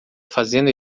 fazendo